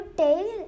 tail